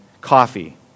coffee